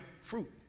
fruit